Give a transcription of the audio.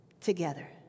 together